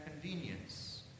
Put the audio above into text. convenience